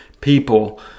people